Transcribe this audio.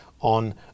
on